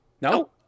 No